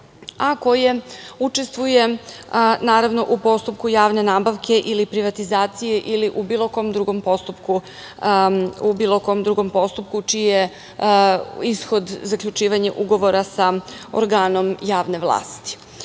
a koji učestvuje u postupku javne nabavke ili privatizacije ili u bilo kom drugom postupku čiji je ishod zaključivanje ugovora sa organom javne vlasti. Takođe